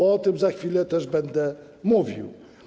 A o tym za chwilę też będę mówił.